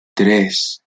tres